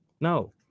No